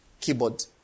keyboard